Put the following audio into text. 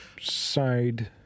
side